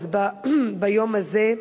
אז ביום הזה.